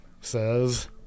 says